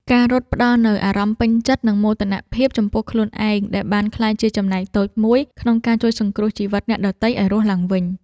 ការរត់ផ្ដល់នូវអារម្មណ៍ពេញចិត្ត និងមោទនភាពចំពោះខ្លួនឯង ដែលបានក្លាយជាចំណែកតូចមួយក្នុងការជួយសង្គ្រោះជីវិតអ្នកដទៃឱ្យរស់ឡើងវិញ។